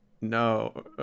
no